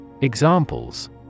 Examples